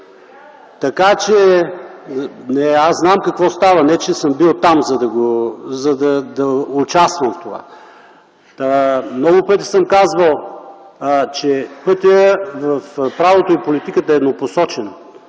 от КБ.) Аз знам какво става, не че съм бил там, за да участвам в това. Много пъти съм казвал, че пътят в правото и политиката е еднопосочен.